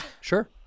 Sure